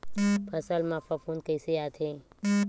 फसल मा फफूंद कइसे आथे?